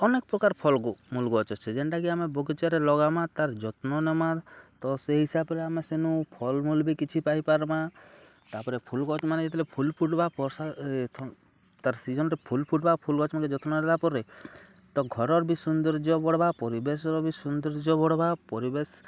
ଅନେକ୍ ପ୍ରକାର୍ ଫଲ୍ ମୂଲ୍ ଗଛ୍ ଅଛେ ଯେନ୍ଟାକି ଆମେ ବଗିଚାରେ ଲଗାମା ତା'ର୍ ଯତ୍ନ ନେମା ତ ସେଇ ହିସାବରେ ଆମେ ସେନୁ ଫଲ୍ ବି କିଛି ପାଇପାର୍ମା ତା'ର୍ପରେ ଫୁଲ୍ ଗଛ୍ମାନେ ଯେତେବେଲେ ଫୁଲ ଫୁଟ୍ବାର୍ ତା'ର୍ ସିଜନ୍ରେ ଫୁଲ୍ ଫୁଟ୍ବାର୍ ଫୁଲ୍ ଗଛ୍ମାନ୍କେ ଯତ୍ନ ନେଲା ପରେ ତ ଘର୍ର ବି ସୌନ୍ଦର୍ଯ୍ୟ ବଢ଼ବା ପରିବେଶ୍ର ବି ସୌନ୍ଦର୍ଯ୍ୟ ବଢ଼୍ବା ପରିବେଶ୍